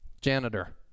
Janitor